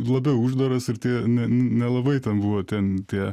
labiau uždaras ir tie nelabai ten buvo ten tie